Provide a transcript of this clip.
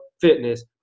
Fitness